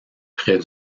près